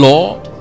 Lord